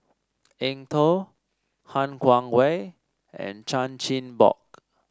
Eng Tow Han Guangwei and Chan Chin Bock